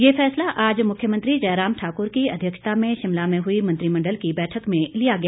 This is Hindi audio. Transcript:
ये फैसला आज मुख्यमंत्री जयराम ठाकुर की अध्यक्षता में शिमला में हुई मंत्रिमंडल की बैठक में लिया गया